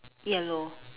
yellow